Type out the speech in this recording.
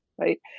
right